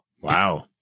Wow